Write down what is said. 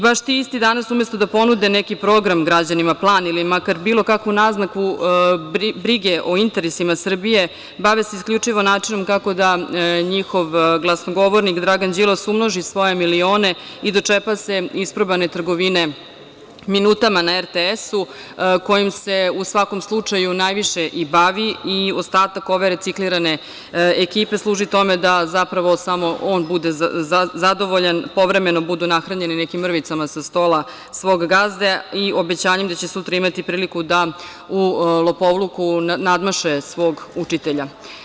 Baš ti isti danas, umesto da ponude neki program građanima, plan, ili bilo kakvu naznaku brige o interesima Srbije, bave se isključivo načinom kako da njihov glasnogovornik Dragan Đilas umnoži svoje milione i dočepa se isprobane trgovine minutama na RTS-u kojim se u svakom slučaju najviše i bavi i ostatak ove reciklirane ekipe, služi tome da zapravo samo on bude zadovoljan, povremeno budu nahranjeni nekim mrvicama sa stola svog gazde i obećanjem da će sutra imati priliku da u lopovluku nadmaše svog učitelja.